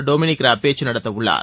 Dominic Raab பேச்சு நடத்தவுள்ளார்